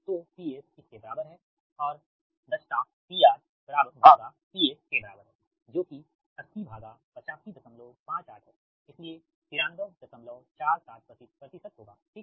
तोPS इसके बराबर है और दक्षता PRPSके बराबर है जो कि808558है इसलिए 9347 होगा ठीक